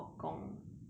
then